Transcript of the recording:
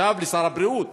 עכשיו לשר הבריאות,